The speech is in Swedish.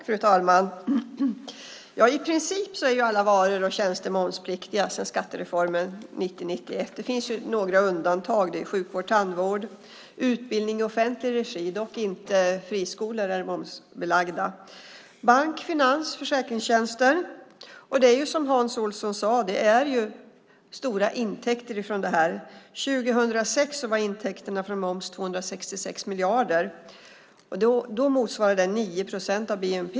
Fru talman! I princip är alla varor och tjänster momspliktiga sedan skattereformen 1990-1991. Det finns några undantag, nämligen sjukvård, tandvård, utbildning i offentlig regi - dock inte friskolor som är momspliktiga - bank-, finans och försäkringstjänster. Som Hans Olsson sade är det stora intäkter från detta. År 2006 var intäkterna från moms 266 miljarder. Då motsvarade det 9 procent av bnp.